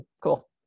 Cool